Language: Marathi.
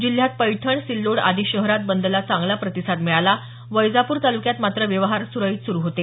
जिल्ह्यात पैठण सिल्लोड आदी शहरात बंदला चांगला प्रतिसाद मिळाला वैजापूर तालुक्यात मात्र व्यवहार सुरळीत सुरु होते